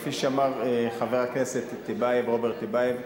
כפי שאמר חבר הכנסת רוברט טיבייב,